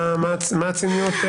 מה הציניות?